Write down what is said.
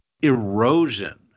erosion